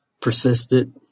persisted